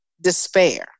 despair